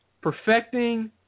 perfecting